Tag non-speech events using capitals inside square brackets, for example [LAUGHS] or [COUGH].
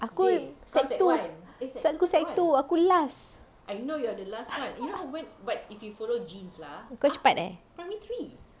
aku sec two sec two sec two aku last [LAUGHS] kau empat eh